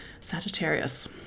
Sagittarius